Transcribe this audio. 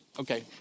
okay